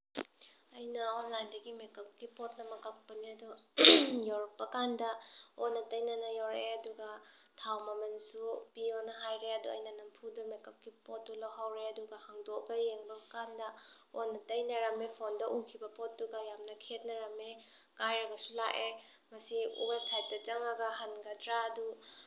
ꯑꯩꯅ ꯑꯣꯟꯂꯥꯏꯟꯗꯒꯤ ꯃꯦꯀꯞꯀꯤ ꯄꯣꯠ ꯑꯃ ꯀꯛꯄꯅꯦ ꯑꯗꯣ ꯌꯧꯔꯛꯄ ꯀꯥꯟꯗ ꯑꯣꯟꯅ ꯇꯩꯅꯅ ꯌꯧꯔꯛꯑꯦ ꯑꯗꯨꯒ ꯊꯥꯎ ꯃꯃꯟꯁꯨ ꯄꯤꯌꯣꯅ ꯍꯥꯏꯔꯦ ꯑꯗꯣ ꯑꯩꯅ ꯅꯝꯐꯨꯗ ꯃꯦꯀꯞꯀꯤ ꯄꯣꯠꯇꯨ ꯂꯧꯍꯧꯔꯦ ꯑꯗꯨꯒ ꯍꯥꯡꯗꯣꯛꯑꯒ ꯌꯦꯡꯕ ꯀꯥꯟꯗ ꯑꯣꯟꯅ ꯇꯩꯅꯔꯝꯃꯦ ꯐꯣꯟꯗ ꯎꯈꯤꯕ ꯄꯣꯠꯇꯨꯒ ꯌꯥꯝꯅ ꯈꯦꯅꯔꯝꯃꯦ ꯀꯥꯏꯔꯒꯁꯨ ꯂꯥꯛꯑꯦ ꯃꯁꯤ ꯋꯦꯕꯁꯥꯏꯠꯇ ꯆꯪꯉꯒ ꯍꯟꯒꯗ꯭ꯔꯥꯗꯨ